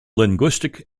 linguistic